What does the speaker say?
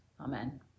Amen